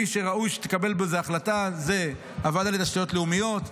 מי שראוי שתקבל בזה החלטה זאת הוועדה לתשתיות לאומיות,